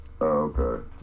okay